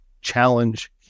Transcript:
challenge